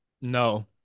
No